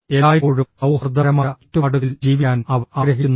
എല്ലായ്പ്പോഴും സൌഹാർദ്ദപരമായ ചുറ്റുപാടുകളിൽ ജീവിക്കാൻ അവർ ആഗ്രഹിക്കുന്നു